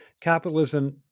capitalism